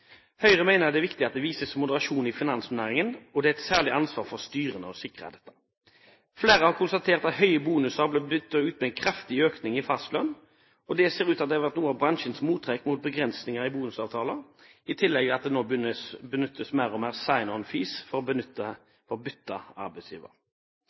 Høyre stemte imot. Høyre mener det er viktig at det vises moderasjon i finansnæringen. Det er et særlig ansvar for styrene å sikre dette. Flere har konstatert at høye bonuser har blitt byttet ut med en kraftig økning i fastlønn. Det ser ut til at dette har vært bransjens mottrekk mot begrensninger i bonusavtaler, i tillegg til at det nå benyttes mer og mer «sign-on fees» for å